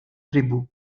tribù